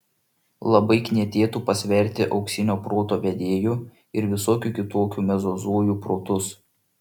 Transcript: labai knietėtų pasverti auksinio proto vedėjų ir visokių kitokių mezozojų protus